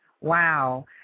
Wow